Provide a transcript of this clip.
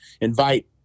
invite